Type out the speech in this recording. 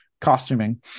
costuming